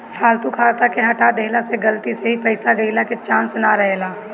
फालतू खाता के हटा देहला से गलती से भी पईसा गईला के चांस ना रहेला